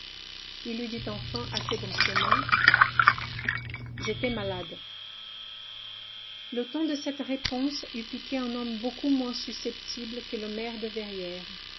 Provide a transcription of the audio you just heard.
il lui dit enfin assez brusquement j'étais malade le ton de cette réponse eût piqué un homme beaucoup moins susceptible que le maire de verrières